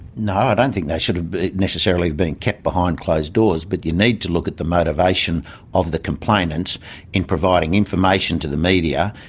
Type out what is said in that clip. no, i don't think they should necessarily have been kept behind closed doors, but you need to look at the motivation of the complainants in providing information to the media,